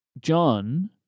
John